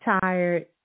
tired